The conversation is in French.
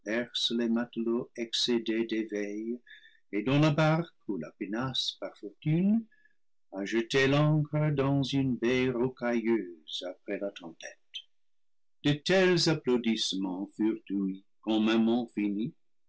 les matelots excédés des veilles et dont la barque ou la pinasse par fortune a jeté l'ancre dans une baie rocailleuse après la tempête de tels applaudissements furent ouïs quand mammon finit